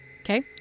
Okay